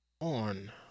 on